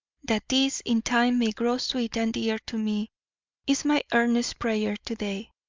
that this in time may grow sweet and dear to me is my earnest prayer to-day,